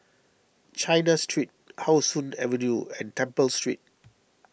China Street How Sun Avenue and Temple Street